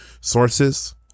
sources